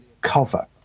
cover